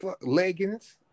leggings